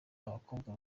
abakobwa